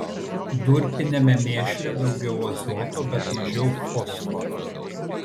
durpiniame mėšle daugiau azoto bet mažiau fosforo